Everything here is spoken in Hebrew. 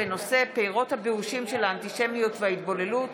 טייב בנושא: פירות הבאושים של האנטישמיות וההתבוללות: